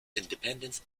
independence